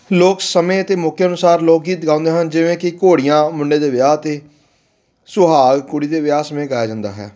ਲੋਕ ਸਮੇਂ ਅਤੇ ਮੌਕਿਆਂ ਅਨੁਸਾਰ ਲੋਕ ਗੀਤ ਗਾਉਂਦੇ ਹਨ ਜਿਵੇਂ ਕਿ ਘੋੜੀਆਂ ਮੁੰਡੇ ਦੇ ਵਿਆਹ 'ਤੇ ਸੁਹਾਗ ਕੁੜੀ ਦੇ ਵਿਆਹ ਸਮੇਂ ਗਾਇਆ ਜਾਂਦਾ ਹੈ